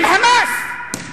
עם "חמאס".